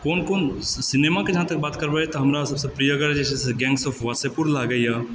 कोन कोन सिनेमा के जहाँ तक बात करबै तऽ हमरा सभसँ प्रियगर जे छै से गैंग्स ऑफ वासेपुर लागैया